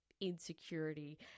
insecurity